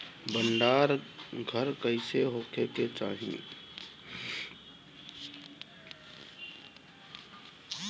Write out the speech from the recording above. भंडार घर कईसे होखे के चाही?